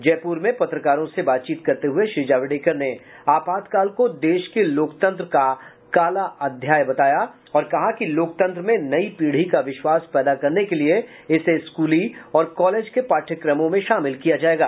जयपुर में पत्रकारों से बातचीत करते हुये श्री जावड़ेकर ने आपातकाल को देश के लोकतंत्र का काला अध्याय बताया और कहा कि लोकतंत्र में नई पीढ़ी का विश्वास पैदा करने के लिये इसे स्कूली और कॉलेज के पाठयक्रमों में शामिल किया जायगा